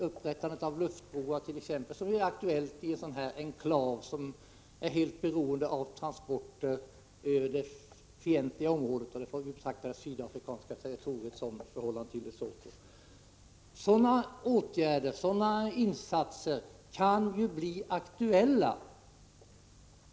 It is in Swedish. upprättandet av luftbroar, som är aktuellt i en sådan här enklav som är helt beroende av transporter genom det fientliga området, och vi får betrakta det sydafrikanska området som fientligt i förhållande till Lesotho. Sådana åtgärder och insatser kan bli aktuella.